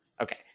Okay